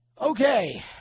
Okay